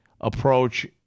approach